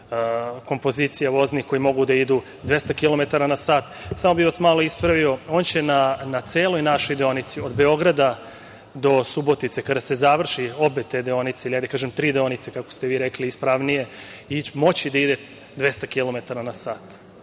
kompozicija voznih koje mogu da idu 200 kilometara na sat. Samo bih vas malo ispravio, on će na celoj našoj deonici od Beograda do Subotice, kada se završe obe te deonice ili hajde da kažem tri deonice, kako ste vi rekli ispravnije, i moći će da ide 200 kilometara